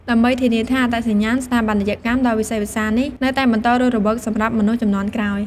ដើម្បីធានាថាអត្តសញ្ញាណស្ថាបត្យកម្មដ៏វិសេសវិសាលនេះ នៅតែបន្តរស់រវើកសម្រាប់មនុស្សជំនាន់ក្រោយ។